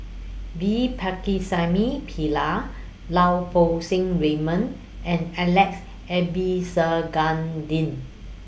V Pakirisamy Pillai Lau Poo Seng Raymond and Alex Abisheganaden